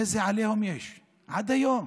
איזה עליהום יש עד היום.